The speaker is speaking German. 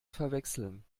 verwechseln